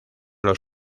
los